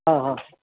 हँ हँ